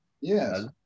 Yes